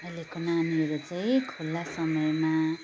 अहिलेको नानीहरू चाहिँ खुल्ला समयमा